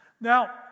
Now